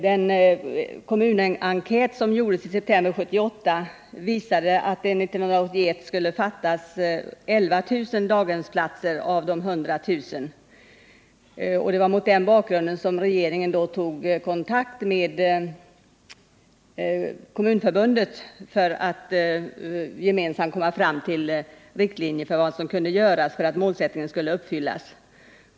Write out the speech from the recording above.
Den kommunenkät som gjordes i september 1978 visade att det år 1981 skulle fattas 11 000 daghemsplatser av de 100 000, och det var mot den bakgrunden som regeringen då tog kontakt med Kommunförbundet för att man gemensamt skulle komma fram till riktlinjer för vad som kunde göras för att målsättningen skulle kunna uppfyllas.